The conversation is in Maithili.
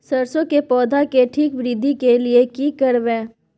सरसो के पौधा के ठीक वृद्धि के लिये की करबै?